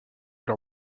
leur